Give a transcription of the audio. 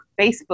Facebook